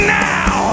now